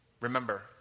Remember